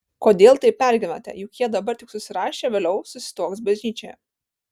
kodėl taip pergyvenate juk jie dabar tik susirašė o vėliau susituoks bažnyčioje